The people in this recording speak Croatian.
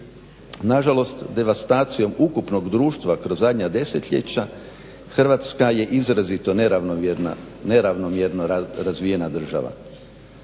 Na žalost devastacijom ukupnog društva kroz zadnja desetljeća Hrvatska je izrazito neravnomjerno razvijena država,